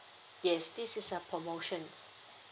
yes this is a promotion